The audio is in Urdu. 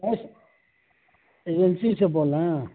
گیس ایجنسی سے بول رہے ہیں